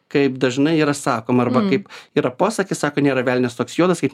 kaip dažnai yra sakoma arba kaip yra posakis sako nėra velnias toks juodas kaip